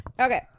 Okay